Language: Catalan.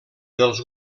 dels